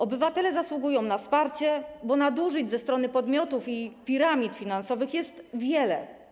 Obywatele zasługują na wsparcie, bo nadużyć ze strony podmiotów i piramid finansowych jest wiele.